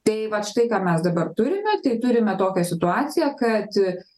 tai vat štai ką mes dabar turime tai turime tokią situaciją kad